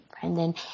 Brendan